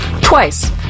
Twice